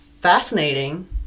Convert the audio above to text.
fascinating